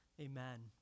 amen